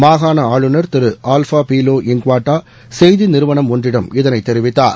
மாகாண ஆளுநர் திரு ஆல்ஃபா பீலோ இன்ங்வாட்டா செய்தி நிறுவனம் ஒன்றிடம் இதனை தெரிவித்தார்